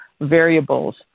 variables